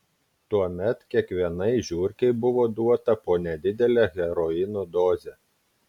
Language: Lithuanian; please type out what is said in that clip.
tuomet kiekvienai žiurkei buvo duota po nedidelę heroino dozę